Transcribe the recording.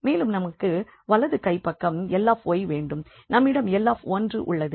மேலும் நமக்கு வலது கைப் பக்கம் 𝐿𝑦 வேண்டும் நம்மிடம் 𝐿1 உள்ளது